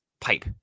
pipe